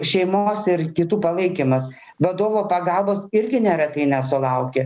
šeimos ir kitų palaikymas vadovo pagalbos irgi neretai nesulauki